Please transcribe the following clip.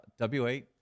w8